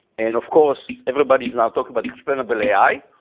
and of course, everybody is now talking about explainable ai.